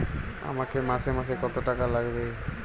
আমাকে মাসে মাসে কত টাকা লাগবে?